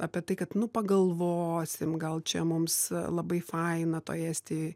apie tai kad nu pagalvosim gal čia mums labai faina toj estijoj